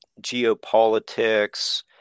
geopolitics